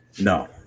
No